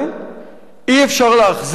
אי-אפשר להחזיר